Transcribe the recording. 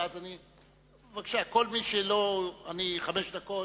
בבקשה, חמש דקות,